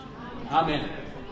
Amen